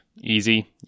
Easy